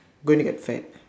going to get fat